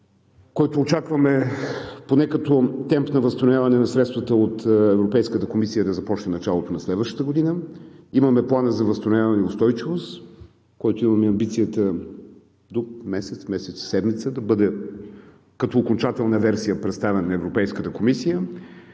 който очакваме поне като темп на възстановяване на средствата от Европейската комисия да започне в началото на следващата година; имаме Плана за възстановяване и устойчивост, който имаме амбицията до месец – месец и седмица да бъде като окончателна версия представен на Европейската комисия;